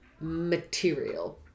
material